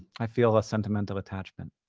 i feel a sentimental attachment.